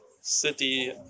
city